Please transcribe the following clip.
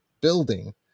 building